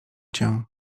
cię